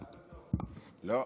לא.